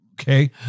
Okay